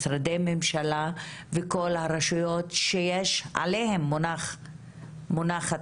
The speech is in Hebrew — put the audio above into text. משרדי ממשלה וכל הרשויות שעליהם מונחת